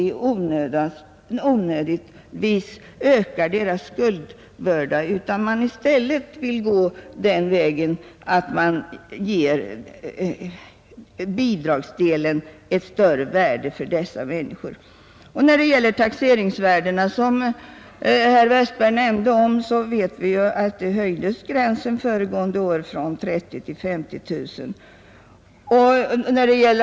I stället vill man gå den vägen att man ger bidragsdelen ett större värde för dessa människor. När det gäller taxeringsvärdena och deras inverkan vid förmögenhetsprövning som herr Westberg nämnde, vet vi att gränsen föregående år höjdes från 30 000 till 50 000 kronor.